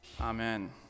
amen